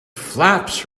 flaps